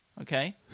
okay